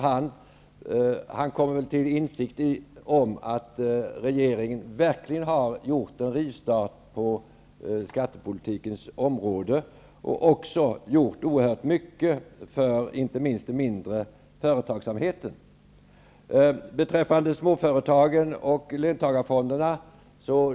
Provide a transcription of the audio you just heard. Han kom till väl insikt om att regeringen verkligen har gjort en rivstart på skattepolitikens område och också gjort mycket för den mindre företagsamheten. Bengt Dalström nämnde småföretagen och löntagarfonderna.